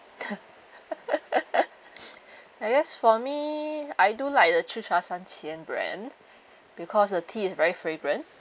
I guess for me I do like the Chicha Sanchen brand because the tea is very fragrant